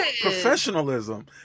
professionalism